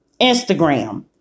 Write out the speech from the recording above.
Instagram